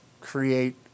create